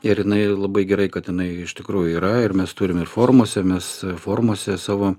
ir jinai labai gerai kad jinai iš tikrųjų yra ir mes turime ir formose mes formose savo